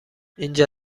اینجا